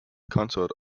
consort